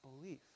belief